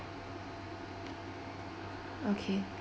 okay